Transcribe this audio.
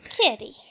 Kitty